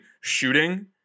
shooting